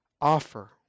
offer